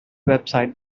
website